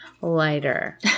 lighter